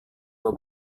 dua